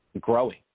growing